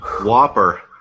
Whopper